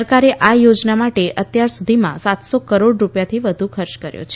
સરકારે આ યોજના માટે અત્યાર સુધીમાં સાતસો કરોડ રૂપિયાથી વધુનો ખર્ચ કર્યો છે